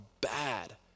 bad